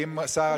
האם שר השיכון,